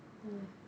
!hais!